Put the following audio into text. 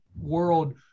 world